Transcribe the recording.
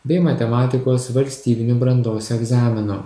bei matematikos valstybinių brandos egzaminų